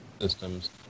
Systems